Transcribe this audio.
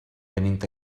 tenint